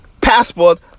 passport